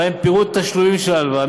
ובהם פירוט תשלומים של ההלוואה,